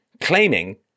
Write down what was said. claiming